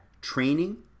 training